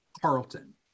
Carlton